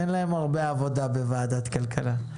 אין להם הרבה עבודה בוועדת כלכלה.